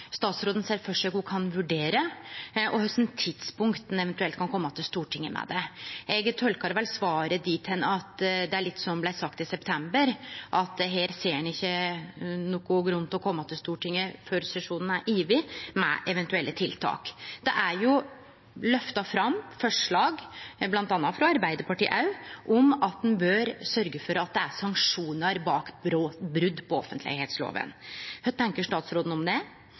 statsråden ser for seg at ho kan vurdere, og kva tidspunkt ho eventuelt kan kome til Stortinget med det. Eg tolkar vel svaret slik at – litt som det blei sagt i september – her ser ein ikkje nokon grunn til å kome til Stortinget med eventuelle tiltak før sesjonen er over. Det har vore løfta fram forslag, frå Arbeidarpartiet òg, om at ein bør sørgje for at det er sanksjonar ved brot på offentleglova. Kva tenkjer statsråden om det?